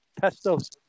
Pesto's